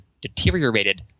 deteriorated